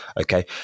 okay